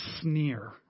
sneer